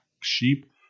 Sheep